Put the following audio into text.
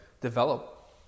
develop